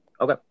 Okay